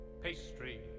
pastry